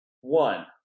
one